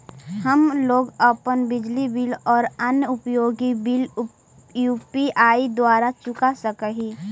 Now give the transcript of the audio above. हम लोग अपन बिजली बिल और अन्य उपयोगि बिल यू.पी.आई द्वारा चुका सक ही